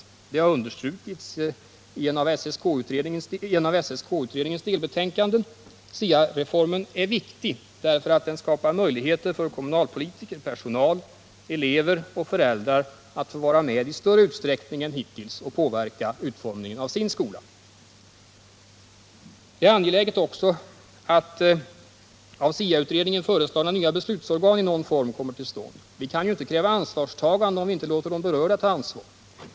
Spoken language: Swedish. Detta har också understrukits i ett av SSK-utredningens delbetänkanden. SIA-reformen är riktig därför att den skapar möjligheter för kommunalpolitiker, personal, elever och föräldrar att få vara med och i större utsträckning än hittills påverka utformningen av sin skola. Det är också angeläget att ett av SIA-utredningen föreslaget beslutsorgan i någon form kommer till stånd. Vi kan ju inte kräva ansvarstagande om vi inte låter de berörda ta ansvar.